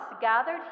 gathered